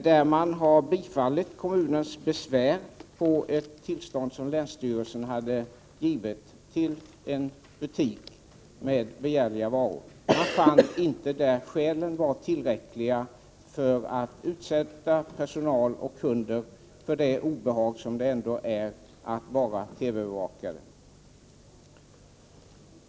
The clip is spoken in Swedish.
Regeringen biföll kommunens besvär över ett tillstånd som länsstyrelsen givit till en butik med begärliga varor. Man fann att skälen inte var tillräckliga för att utsätta personal och kunder för det obehag som det ändå är att vara TV-övervakad.